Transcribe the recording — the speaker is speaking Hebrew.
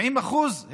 70%?